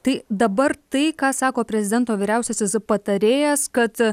tai dabar tai ką sako prezidento vyriausiasis patarėjas kad